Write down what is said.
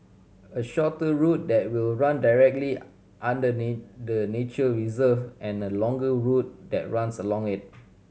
a shorter route that will run directly under the nature reserve and a longer route that runs around it